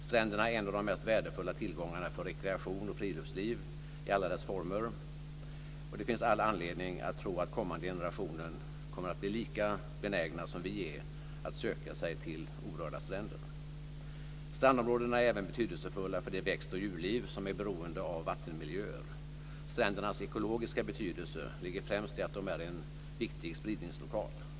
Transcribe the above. Stränderna är en av de mest värdefulla tillgångarna för rekreation och friluftsliv i alla dess former, och det finns all anledning att tro att kommande generationer kommer att vara lika benägna som vi att söka sig till orörda stränder. Strandområdena är även betydelsefulla för det växt och djurliv som är beroende av vattenmiljöer. Strändernas ekologiska betydelse ligger främst i att de är en viktig spridningslokal.